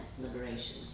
liberation